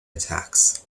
attacks